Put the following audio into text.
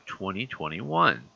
2021